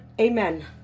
amen